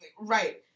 right